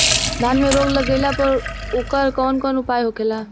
धान में रोग लग गईला पर उकर कवन कवन उपाय होखेला?